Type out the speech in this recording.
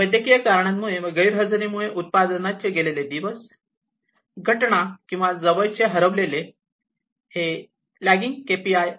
वैद्यकीय कारणांमुळे व गैरहजेरीमुळे उत्पादनाचे गेलेले दिवस घटना किंवा जवळचे हरवले हे लॅगिंग केएपीआय आहेत